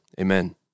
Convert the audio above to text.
Amen